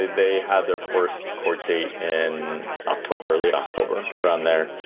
they they had their first court date in october, late october. around there,